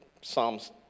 psalms